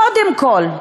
קודם כול,